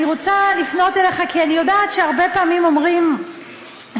אני רוצה לפנות אליך כי אני יודעת שהרבה פעמים אומרים שצריך